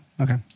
Okay